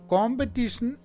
Competition